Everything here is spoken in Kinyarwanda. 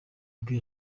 bwe